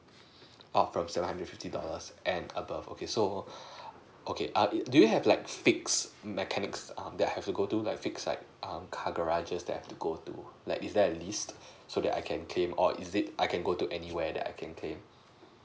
oh for seven hundred fifty dollars and above okay so okay err do you have like fix mechanics um that I have to go to like fix like um car garages that I have to go to like is there a list so that I can claim or is it I can go to anywhere that I can claim